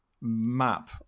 map